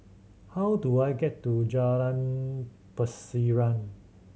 how do I get to Jalan Pasiran